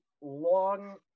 long